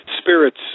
spirits